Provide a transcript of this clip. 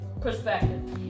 perspective